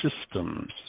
systems